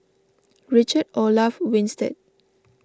Richard Olaf Winstedt